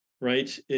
right